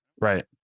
Right